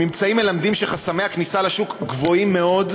הממצאים מלמדים שחסמי הכניסה לשוק גבוהים מאוד,